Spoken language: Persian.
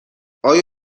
آیا